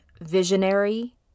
visionary